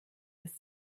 das